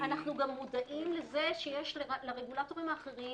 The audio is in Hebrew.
אנחנו גם מודעים שיש לרגולטורים האחרים